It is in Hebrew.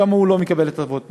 גם הוא לא מקבל הטבות מס.